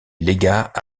légat